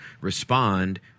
respond